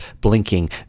blinking